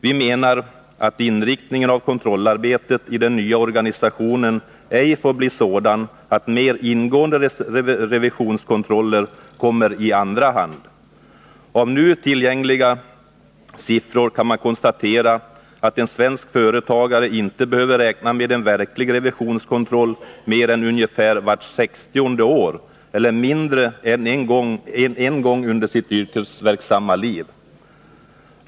Vi menar att kontrollarbetet i den nya organisationen ej får bli sådant att mer ingående revisionskontroller kommer i andra hand. Av nu tillgängliga siffror kan man konstatera att en svensk företagare inte behöver räkna med en verklig revisionskontroll mer än ungefär vart sextionde år eller mindre än en gång under sitt yrkesverksamma liv.